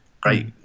great